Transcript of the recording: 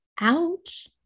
Ouch